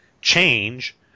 change